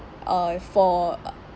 uh for